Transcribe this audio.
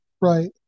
right